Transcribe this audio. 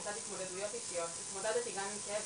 לצד התמודדויות אישיות התמודדתי גם עם כאב